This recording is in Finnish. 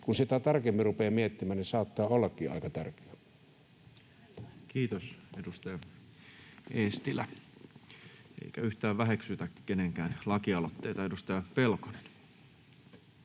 kun sitä tarkemmin rupeaa miettimään, niin saattaa ollakin aika tärkeä. Kiitos, edustaja Eestilä. Eikä yhtään väheksytä kenenkään lakialoitteita. — Edustaja Pelkonen.